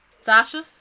Sasha